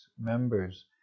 members